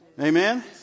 Amen